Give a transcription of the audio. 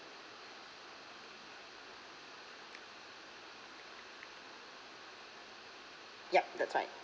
yup that's right